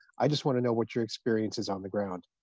i just want to know what your experience is on the ground.